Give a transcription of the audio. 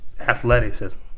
athleticism